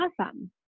awesome